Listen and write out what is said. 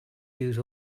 use